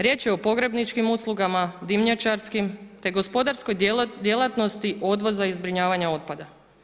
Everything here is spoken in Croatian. Riječ je o pogrebničkim uslugama, dimnjačarskim te gospodarskoj djelatnosti odvoza i zbrinjavanja otpada.